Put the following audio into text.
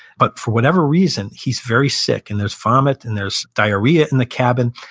but for whatever reason, he's very sick and there's vomit and there's diarrhea in the cabin.